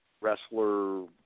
wrestler